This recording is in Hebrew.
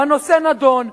והנושא נדון,